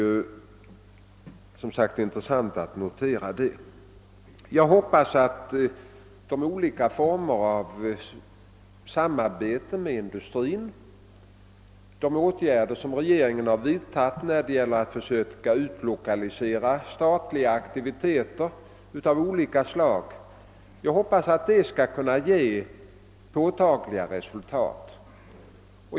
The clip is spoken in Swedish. Jag hoppas emellertid att de olika former av samarbete med industrin och de åtgärder, som regeringen har vidtagit för att försöka utlokalisera statliga aktiviteter av olika slag, skall kunna ge påtagliga resultat.